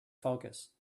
focus